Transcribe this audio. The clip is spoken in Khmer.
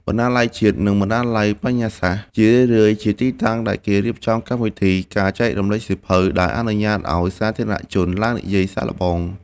បណ្ណាល័យជាតិ និងបណ្ណាល័យបញ្ញាសាស្ត្រ ជារឿយៗជាទីតាំងដែលគេរៀបចំកម្មវិធី ការចែករំលែកសៀវភៅ ដែលអនុញ្ញាតឱ្យសាធារណជនឡើងនិយាយសាកល្បង។